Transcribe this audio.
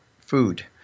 food